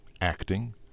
acting